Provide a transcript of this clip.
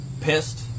pissed